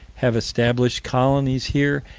have established colonies here,